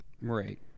Right